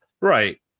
Right